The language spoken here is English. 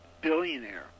billionaire